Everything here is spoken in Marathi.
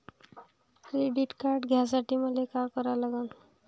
क्रेडिट कार्ड घ्यासाठी मले का करा लागन?